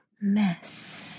mess